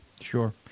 Sure